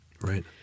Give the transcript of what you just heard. Right